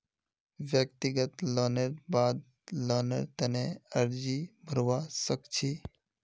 व्यक्तिगत लोनेर बाद लोनेर तने अर्जी भरवा सख छि